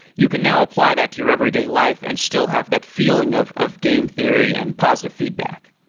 you can now apply that to your everyday life and still have that feeling of of game theory and positive feedback?